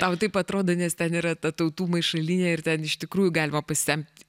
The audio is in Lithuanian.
tau taip atrodo nes ten yra ta tautų maišalynė ir ten iš tikrųjų galima pasisemti